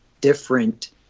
different